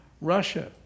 Russia